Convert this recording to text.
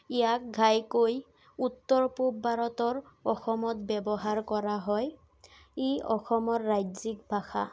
ইয়াক ঘাইকৈ উত্তৰ পূৱ ভাৰতৰ অসমত ব্যৱহাৰ কৰা হয় ই অসমৰ ৰাজ্যিক ভাষা